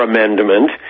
Amendment